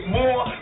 more